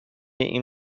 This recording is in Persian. این